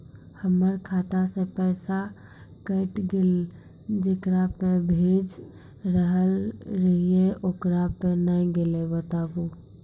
हमर खाता से पैसा कैट गेल जेकरा पे भेज रहल रहियै ओकरा पे नैय गेलै बताबू?